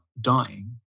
dying